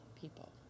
people